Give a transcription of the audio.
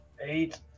eight